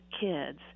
kids